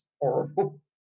horrible